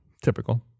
Typical